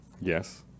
Yes